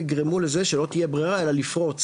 יגרמו לזה שלא תהיה ברירה אלא לפרוץ